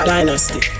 Dynasty